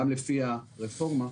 גם לפי הרפורמה,